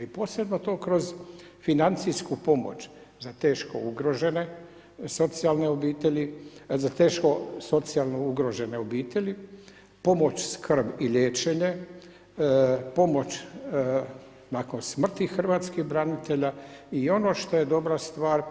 I posebno to kroz financijsku pomoć za teško ugrožene socijalne obitelji, za teško socijalne ugrožene obitelji, pomoć, skrb i liječenje, pomoć nakon smrti hrvatskih branitelja i ono što je dobra stvar,